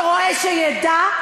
שנייה,